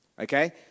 Okay